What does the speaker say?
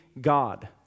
God